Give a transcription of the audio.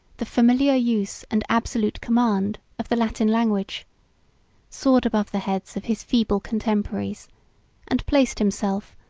the familiar use, and absolute command, of the latin language soared above the heads of his feeble contemporaries and placed himself,